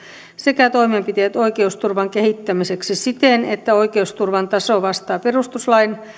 sekä toimenpiteet oikeusturvan kehittämiseksi siten että oikeusturvan taso vastaa perustuslain